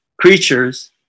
creatures